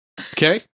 Okay